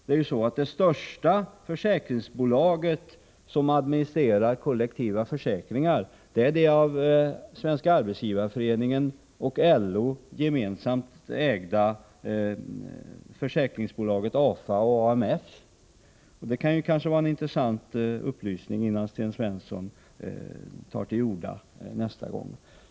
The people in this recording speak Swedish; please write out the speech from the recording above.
Det största försäkringsbolag som administrerar kollektiva försäkringar är det av Svenska Arbetsgivareföreningen och LO gemensamt ägda försäkringsbolaget AFA och AMF. Det kan kanske vara en intressant upplysning för Sten Svensson innan han tar till orda nästa gång.